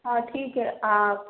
हाँ ठीक है आप